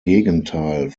gegenteil